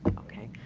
okay.